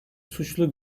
suçlu